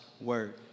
word